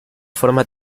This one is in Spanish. forma